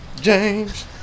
James